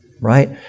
right